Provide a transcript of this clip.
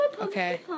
Okay